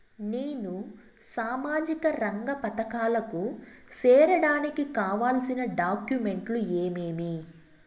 నేను సామాజిక రంగ పథకాలకు సేరడానికి కావాల్సిన డాక్యుమెంట్లు ఏమేమీ?